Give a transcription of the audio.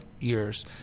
years